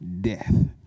death